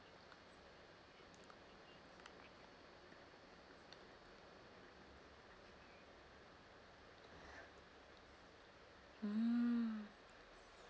ah